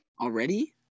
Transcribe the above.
Already